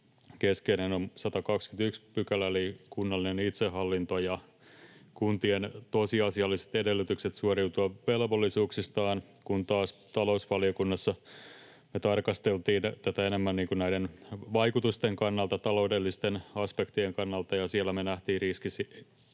keskeinen on 121 § eli kunnallinen itsehallinto ja kuntien tosiasialliset edellytykset suoriutua velvollisuuksistaan, kun taas talousvaliokunnassa me tarkasteltiin tätä enemmän näiden vaikutusten kannalta, taloudellisten aspektien kannalta, ja siellä me nähtiin riski